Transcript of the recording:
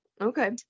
Okay